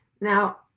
Now